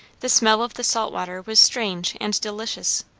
the smell of the salt water was strange and delicious.